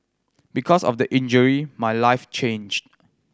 because of the injury my life changed